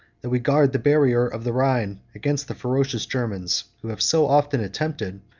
that we guard the barrier of the rhine against the ferocious germans, who have so often attempted,